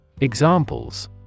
Examples